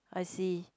I see